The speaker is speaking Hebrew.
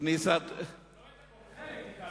לא את הכול, חלק.